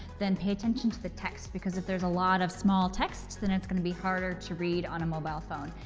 pay attention to the text, because if there's a lot of small text, and it's going to be harder to read on a mobile phone.